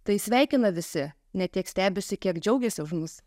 tai sveikina visi ne tiek stebisi kiek džiaugėsi už mus